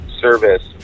service